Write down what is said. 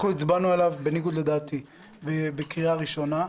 אנחנו הצבענו עליו בניגוד לדעתי בקריאה הראשונה.